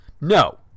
No